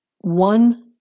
One